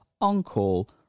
on-call